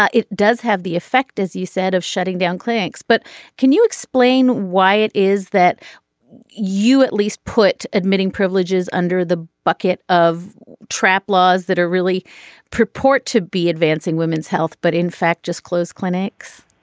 ah it does have the effect as you said of shutting down clinics but can you explain why it is that you at least put admitting privileges under the bucket of trap laws that are really purport to be advancing women's health but in fact just closed clinics